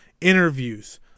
interviews